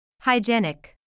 Hygienic